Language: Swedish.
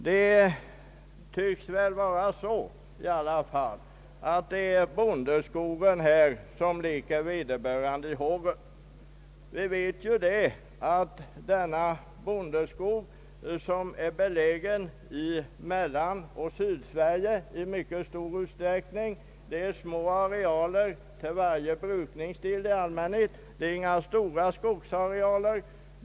Det tycks väl i alla fall vara så att det är bondeskogen som leker dem i hågen. Vi vet ju att dessa bondeskogar som är belägna i Mellanoch Sydsverige i mycket stor utsträckning består av små arealer till varje brukningsdel och att det inte gäller några stora skogsarealer.